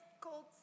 cold